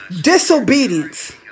Disobedience